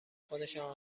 خودشان